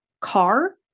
car